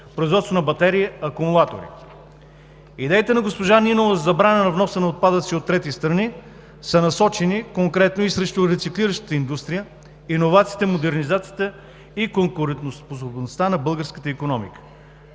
производството на батерии, акумулатори. Идеите на госпожа Нинова за забрана на вноса на отпадъци от трети страни са насочени конкретно и срещу рециклиращата индустрия, иновациите, модернизацията и конкурентоспособността на българската икономика.